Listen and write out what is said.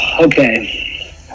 okay